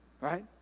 right